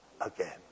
again